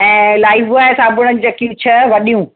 ऐं Lifebuoy साबुण जूं चकियूं छह वॾियूं